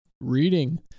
Reading